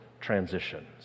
transitions